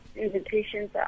Invitations